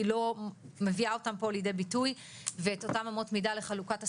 היא לא מביאה אותם פה לידי ביטוי ואת אותן אמות מידה לחלוקת הסכומים.